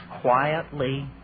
quietly